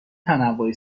تنوع